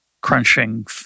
crunching